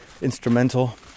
instrumental